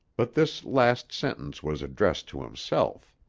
but this last sentence was addressed to himself.